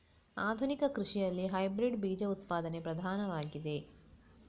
ಆಧುನಿಕ ಕೃಷಿಯಲ್ಲಿ ಹೈಬ್ರಿಡ್ ಬೀಜ ಉತ್ಪಾದನೆ ಪ್ರಧಾನವಾಗಿದೆ